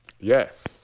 Yes